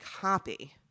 copy